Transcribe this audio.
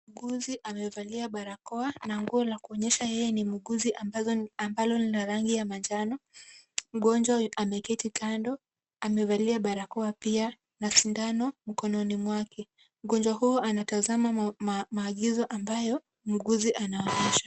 Muuguzi amevalia barakoa na nguo la kuonyesha yeye ni muuguzi ambalo lina rangi ya manjano. Mgonjwa ameketi kando. Amevalia barakoa pia na sindano mkononi mwake. Mgonjwa huyu anatazama maagizo ambayo muuguzi anaonyesha.